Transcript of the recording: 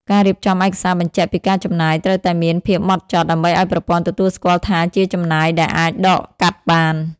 ការរៀបចំឯកសារបញ្ជាក់ពីការចំណាយត្រូវតែមានភាពហ្មត់ចត់ ដើម្បីឱ្យប្រព័ន្ធទទួលស្គាល់ថាជាចំណាយដែលអាចដកកាត់បាន។